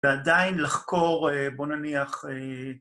‫ועדיין לחקור, א...בוא נניח א...